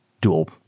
dual